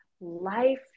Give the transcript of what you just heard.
life